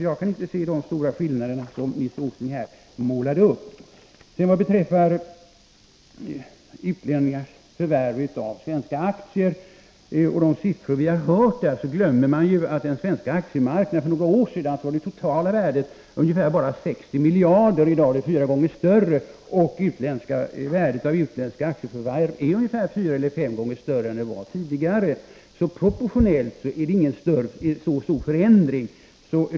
Jag kan inte se de stora skillnader som Nils Åsling målade upp. Vad beträffar utlänningars förvärv av svenska aktier och de siffror vi har hört glömmer man att på den svenska aktiemarknaden var för några år sedan det totala värdet ungefär 60 miljarder medan det idag är fyra gånger större. Värdet av utländska aktieförvärv är fyra å fem gånger större än det var tidigare, så proportionellt har det inte skett någon stor förändring.